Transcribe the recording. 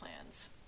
plans